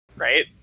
right